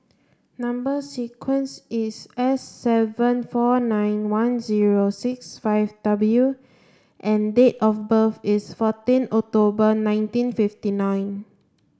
number sequence is S seven four nine one zero six five W and date of birth is fourteen October nineteen fifty nine